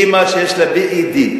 אמא שיש לה .B.Ed,